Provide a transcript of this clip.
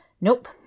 Nope